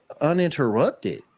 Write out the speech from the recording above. uninterrupted